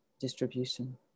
distribution